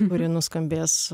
kuri nuskambės